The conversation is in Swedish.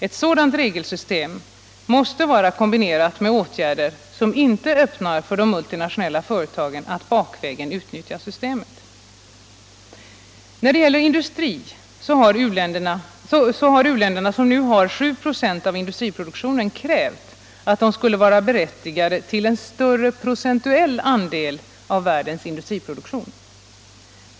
Ett sådant regelsystem måste Allmänpolitisk debatt Allmänpolitisk debatt 100 vara kombinerat med åtgärder som inte öppnar för de multinationella företagen att bakvägen utnyttja systemet. När det gäller industri har u-länderna, som nu har 7 96 av industriproduktionen, krävt att de skulle vara berättigade till en större procentuell andel av världens industriproduktion.